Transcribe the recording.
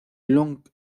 longue